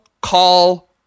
call